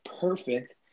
perfect